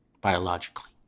biologically